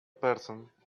person